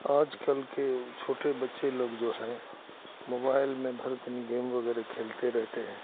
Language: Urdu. آج کل کے چھوٹے بچے لوگ جو ہیں موبائل میں بھر دن گیم وغیرہ کھیلتے رہتے ہیں